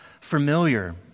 familiar